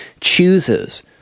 chooses